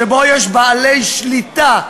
שבו יש בעלי שליטה,